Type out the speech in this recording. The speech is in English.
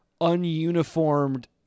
ununiformed